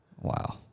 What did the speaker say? Wow